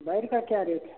बेर का क्या रेट है